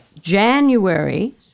January